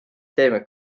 teeme